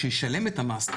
כשהוא ישלם את המס,